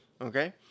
Okay